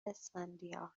اسفندیار